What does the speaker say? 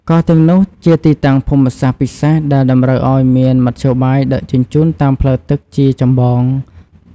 កោះទាំងនោះ ជាទីតាំងភូមិសាស្ត្រពិសេស ដែលតម្រូវឱ្យមានមធ្យោបាយដឹកជញ្ជូនតាមផ្លូវទឹកជាចម្បង។